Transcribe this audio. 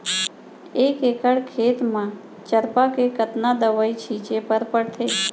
एक एकड़ खेत म चरपा के कतना दवई छिंचे बर पड़थे?